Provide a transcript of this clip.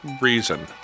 reason